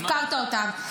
הפקרת אותם.